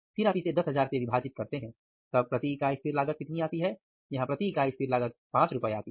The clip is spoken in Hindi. फिर आप इसे 10000 से विभाजित करते हैं और तब प्रति इकाई स्थिर लागत कितनी आती है यहां प्रति इकाई स्थिर लागत ₹5 आती है